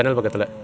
oh